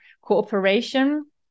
cooperation